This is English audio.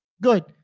Good